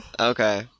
Okay